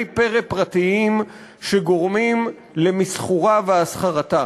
פרא פרטיים שגורמים למסחורה ולהסחרתה: